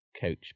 coach